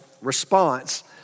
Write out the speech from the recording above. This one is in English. response